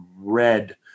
red